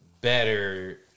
better